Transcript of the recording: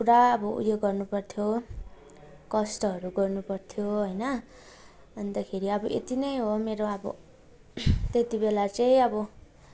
पुरा अब उयो गर्नु पर्थ्यो कष्टहरू गर्नु पर्थ्यो होइन अन्तखेरि अब यति नै हो मेरो अब त्यतिबेला चाहिँ अब